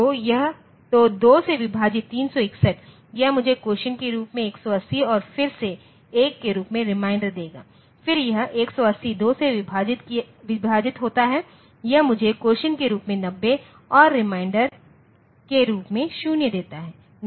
तो 2 से विभाजित 361 यह मुझे कोसिएंट के रूप में 180 और फिर से 1 के रूप में रिमाइंडर देगा फिर यह 180 2 से विभाजित होता है यह मुझे कोसिएंट के रूप में 90 और रिमाइंडर के रूप में 0 देता है